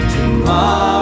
Tomorrow